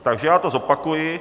Takže já to zopakuji.